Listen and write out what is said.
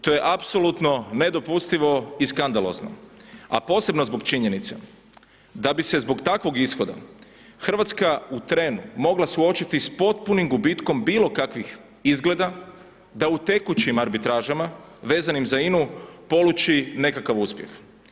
To je apsolutno nedopustivo i skandalozno a posebno zbog činjenice da bi se zbog takvog ishoda Hrvatska u trenu mogla suočiti sa potpunim gubitkom bilokakvih izgleda da u tekućim arbitražama vezanim za INA-u, poluči nekakav uspjeh.